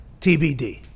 tbd